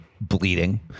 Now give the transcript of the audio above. bleeding